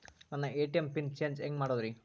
ನನ್ನ ATM PIN change ಹೆಂಗ್ ಮಾಡೋದ್ರಿ?